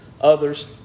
others